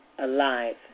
Alive